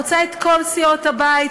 חוצה את כל סיעות הבית,